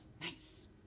Nice